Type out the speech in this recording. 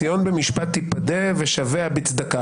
ציון במשפט תיפדה ושביה בצדקה.